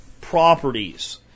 properties